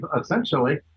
essentially